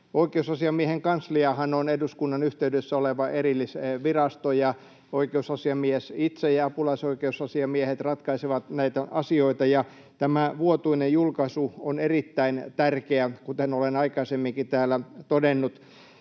Oikeusasiamiehenä kansliahan on eduskunnan yhteydessä oleva erillisvirasto, ja oikeusasiamies itse ja apulaisoikeusasiamiehet ratkaisevat näitä asioita, ja tämä vuotuinen julkaisu on erittäin tärkeä, kuten olen aikaisemminkin täällä todennut.